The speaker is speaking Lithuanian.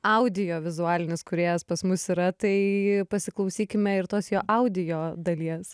audiovizualinis kūrėjas pas mus yra tai pasiklausykime ir tos jo audio dalies